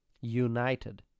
United